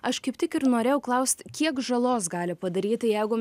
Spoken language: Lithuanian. aš kaip tik ir norėjau klaust kiek žalos gali padaryti jeigu